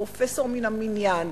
פרופסור מן המניין,